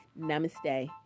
Namaste